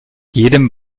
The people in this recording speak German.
jedem